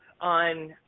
on